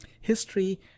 History